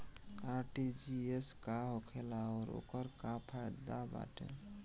RTGS का होखेला और ओकर का फाइदा बाटे?